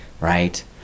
Right